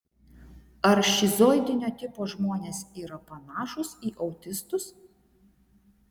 ar šizoidinio tipo žmonės yra panašūs į autistus